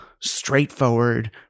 straightforward